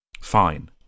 fine